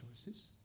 choices